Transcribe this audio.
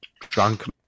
drunk